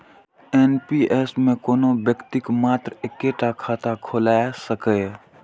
NPS मे कोनो व्यक्ति मात्र एक्के टा खाता खोलाए सकैए